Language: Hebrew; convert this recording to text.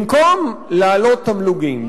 במקום להעלות תמלוגים,